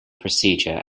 procedure